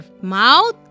mouth